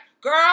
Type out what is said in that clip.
girl